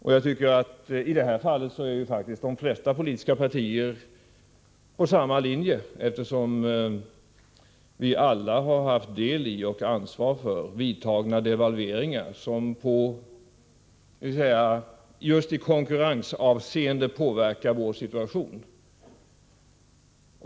I detta sammanhang är faktiskt de flesta politiska partier på samma linje, eftersom vi alla har haft del i och ansvar för vidtagna devalveringar, som just i konkurrensavseende har påverkat vår situation.